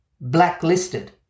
blacklisted